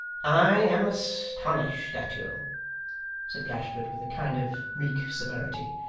i am astonished at you said gashford, with a kind of meek severity.